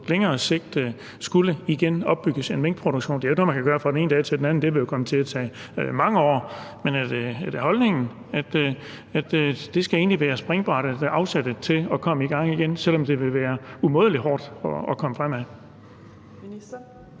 på længere sigt igen skal opbygges en minkproduktion? Det er jo ikke noget, man kan gøre fra den ene dag til den anden. Det vil jo komme til at tage mange år. Men er det holdningen, at det egentlig skal være springbrættet og afsættet til igen at komme i gang, selv om det ville være umådelig hårdt? Kl. 15:24 Fjerde